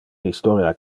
historia